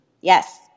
Yes